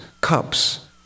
cups